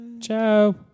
Ciao